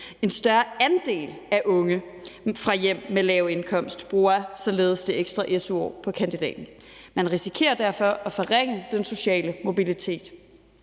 En større andel af unge fra hjem med lav indkomst bruger således det ekstra su-år på kandidaten. Man risikerer derfor at forringe den sociale mobilitet.